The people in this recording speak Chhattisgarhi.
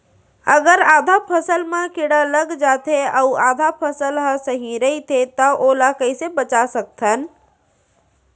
अगर आधा फसल म कीड़ा लग जाथे अऊ आधा फसल ह सही रइथे त ओला कइसे बचा सकथन?